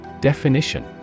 Definition